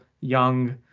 young